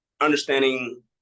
understanding